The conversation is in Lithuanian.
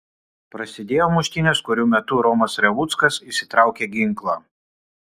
prasidėjo muštynės kurių metu romas revuckas išsitraukė ginklą